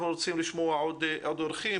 אנחנו רוצים לשמוע עוד אורחים.